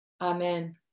amen